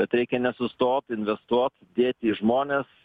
bet reikia nesustot investuot dėt į žmones